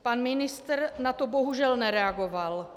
Pan ministr na to bohužel nereagoval.